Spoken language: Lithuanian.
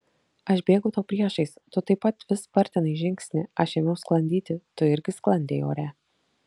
aš bėgau tau priešais tu taip pat vis spartinai žingsnį aš ėmiau sklandyti tu irgi sklandei ore